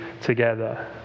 together